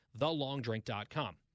thelongdrink.com